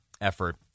effort